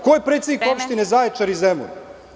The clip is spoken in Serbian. Ko je predsednik opštine Zaječar iz Zemuna?